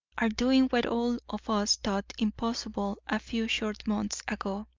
are doing what all of us thought impossible a few short months ago.